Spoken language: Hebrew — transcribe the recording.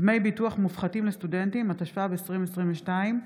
(דמי ביטוח מופחתים לסטודנטים), התשע"ב 2022,